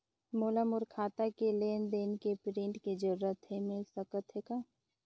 मोला मोर खाता के लेन देन के प्रिंट के जरूरत हे मिल सकत हे का?